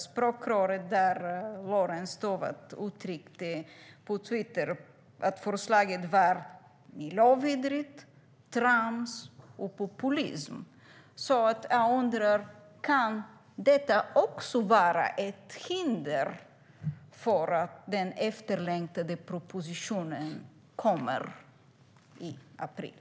Språkröret Lorentz Tovatt uttryckte på Twitter att förslaget var miljövidrigt, trams och populism. Jag undrar om detta kan vara ett hinder för att den efterlängtade propositionen kommer i april.